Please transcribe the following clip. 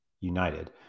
United